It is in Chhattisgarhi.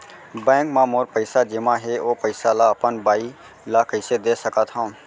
बैंक म मोर पइसा जेमा हे, ओ पइसा ला अपन बाई ला कइसे दे सकत हव?